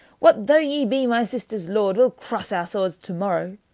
what though ye be my sister's lord, we'll cross our swords to-morrow.